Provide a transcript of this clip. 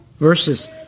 Verses